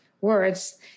words